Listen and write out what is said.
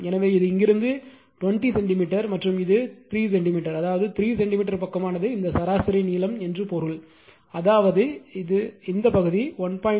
எனவே இது இங்கிருந்து 20 சென்டிமீட்டர் மற்றும் இது 3 சென்டிமீட்டர் அதாவது 3 சென்டிமீட்டர் பக்கமானது இந்த சராசரி நீளம் என்று பொருள் அதாவது இது இந்த பகுதி 1